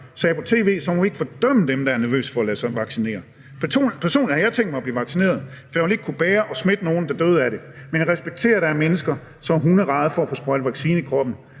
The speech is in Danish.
sagde på tv, må vi ikke fordømme dem, der er nervøse for at lade sig vaccinere. Personligt har jeg tænkt mig at blive vaccineret, for jeg ville ikke kunne bære at smitte nogen, der døde af det, men jeg respekterer, at der er mennesker, som er hunderædde for at få sprøjtet vaccine, som